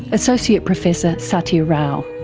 associate professor sathya rao.